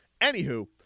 Anywho